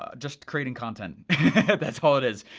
ah just creating content that's how it is.